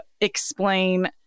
explain